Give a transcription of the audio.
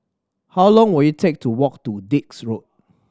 how long will it take to walk to Dix Road